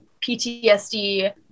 PTSD